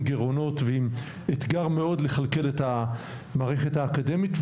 גירעונות ועם אתגר לחלק את המערכת האקדמית.